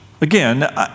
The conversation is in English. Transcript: again